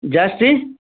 ಜಾಸ್ತಿ